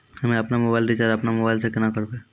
हम्मे आपनौ mobile recharge आपनौ मोबाइल से केना करवै?